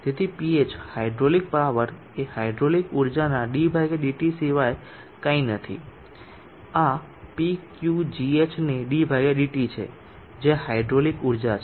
તેથી Ph hydraulic power એ hydraulic ઊર્જાના ddt સિવાય કંઈ નથી અને આ ρQgh ની ddt છે જે હાઇડ્રોલિક ઊર્જા છે